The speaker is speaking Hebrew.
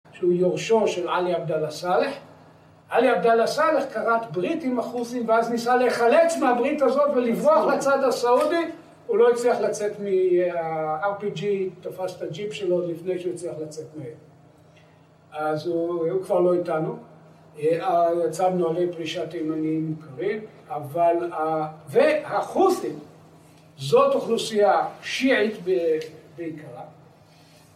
שהוא יורשו של עלי עבדאללה סאלח. עלי עבדאללה סאלח קרת ברית עם החות'ים ואז ניסה להיחלץ מהברית הזאת ולברוח לצד הסעודי, הוא לא הצליח לצאת מ ה... RPG תפס את הג'יפ שלו עוד לפני שהוא הצליח לצאת מהם. אז הוא... הוא כבר לא איתנו, יצא בנוהלי פרישת אמנים קרים. אבל ה... והחות'ים זאת אוכלוסייה שיעית בעיקרה